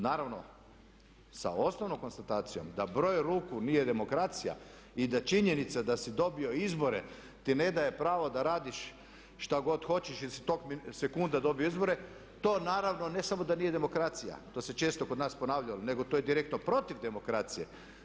Naravno sa osnovnom konstatacijom da broj ruku nije demokracija i da činjenica da si dobio izbore ti ne daje pravo da radiš što god hoćeš jer si tog sekunda dobio izbore to naravno ne samo da nije demokracija, to se često kod nas ponavlja, nego to je direktno protiv demokracije.